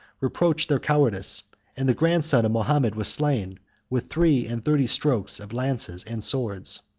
reproached their cowardice and the grandson of mahomet was slain with three-and-thirty strokes of lances and swords.